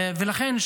ולכן,